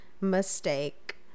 Mistake